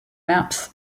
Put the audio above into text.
maps